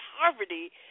poverty